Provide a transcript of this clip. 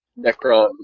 Necron